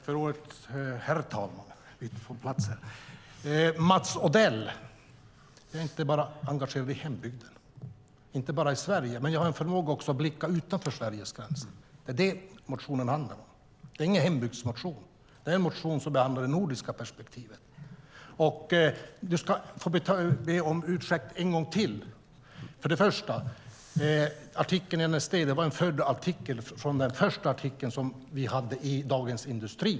Herr talman! Jag är inte bara engagerad i hembygden och i Sverige, Mats Odell, utan jag har en förmåga att också blicka utanför Sveriges gränser. Det är det som motionen handlar om. Det är ingen hembygdsmotion. Det är en motion som behandlar det nordiska perspektivet. Mats Odell ska få be om ursäkt en gång till. Artikeln i NSD var nämligen en följdartikel till den artikel som vi hade i Dagens Industri.